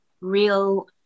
real